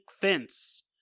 fence